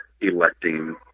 electing